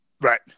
right